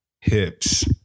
Hips